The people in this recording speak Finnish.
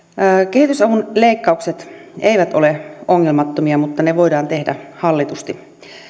kehitysavun leikkaukset eivät ole ongelmattomia mutta ne voidaan tehdä hallitusti